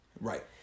Right